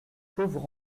pauvre